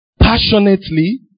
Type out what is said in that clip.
passionately